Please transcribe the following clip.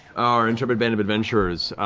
our intrepid band of adventurers,